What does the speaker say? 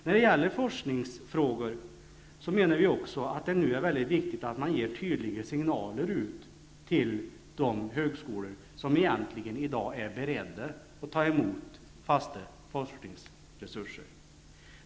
När det gäller forskningsfrågorna menar vi att det är väldigt viktigt att man ger tydliga signaler till de högskolor som i dag egentligen är beredda att ta emot fasta forskningsresurser.